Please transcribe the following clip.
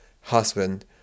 husband